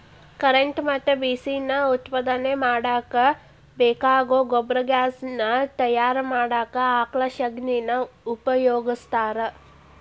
current ಮತ್ತ ಬಿಸಿ ನಾ ಉತ್ಪಾದನೆ ಮಾಡಾಕ ಬೇಕಾಗೋ ಗೊಬರ್ಗ್ಯಾಸ್ ನಾ ತಯಾರ ಮಾಡಾಕ ಆಕಳ ಶಗಣಿನಾ ಉಪಯೋಗಸ್ತಾರ